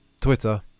Twitter